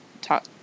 talk